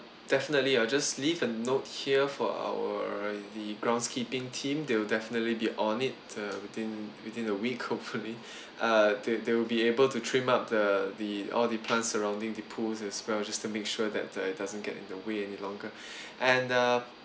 definitely I'll just leave a note here for our the grounds keeping team they will definitely be on it uh within within a week hopefully uh they they will be able to trim up the the all the plants surrounding the pools as well just to make sure that uh it doesn't get in the way any longer and uh